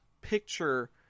picture